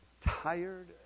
Tired